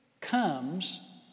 comes